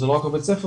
וזה לא רק בבית ספר,